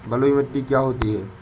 बलुइ मिट्टी क्या होती हैं?